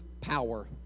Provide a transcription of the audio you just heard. power